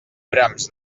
brams